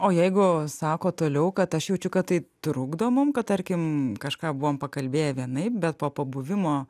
o jeigu sako toliau kad aš jaučiu kad tai trukdo mum kad tarkim kažką buvom pakalbėję vienaip bet po pabuvimo